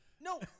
No